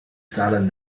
stalen